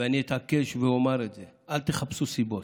ואני אתעקש ואומר את זה: אל תחפשו סיבות.